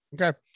Okay